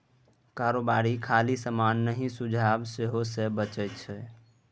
कारोबारी खाली समान नहि सुझाब सेहो बेचै छै